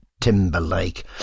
Timberlake